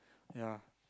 ya